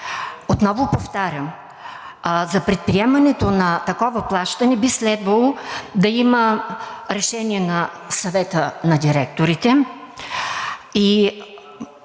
Отново повтарям, за предприемането на такова плащане би следвало да има решение на Съвета на директорите.